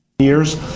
Years